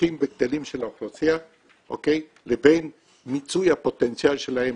הולכים וגדלים של האוכלוסייה לבין מיצוי הפוטנציאל שלהם,